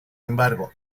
embargo